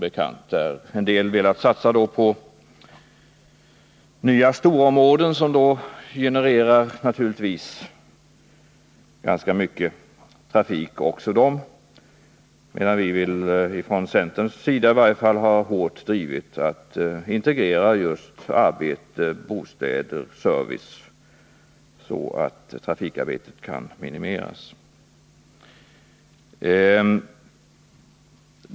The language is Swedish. En del har velat satsa på nya storområden, som naturligtvis också de genererar ganska mycket trafik, medan vi från centerns sida i varje fall har hårt drivit linjen att integrera just arbete, bostäder och service så att trafikarbetet kan minimeras.